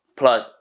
plus